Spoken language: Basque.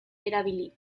erabili